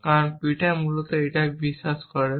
কারণ পিটার মূলত এটিই বিশ্বাস করেন